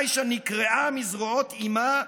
עאישה נקרעה מזרועות אימה,